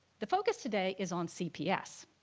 the focus today is on cps.